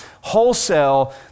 wholesale